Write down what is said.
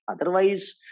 Otherwise